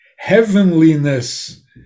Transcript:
heavenliness